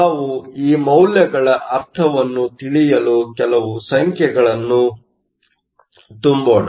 ನಾವು ಈ ಮೌಲ್ಯಗಳ ಅರ್ಥವನ್ನು ತಿಳಿಯಲು ಕೆಲವು ಸಂಖ್ಯೆಗಳನ್ನು ತುಂಬೋಣ